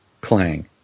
Clang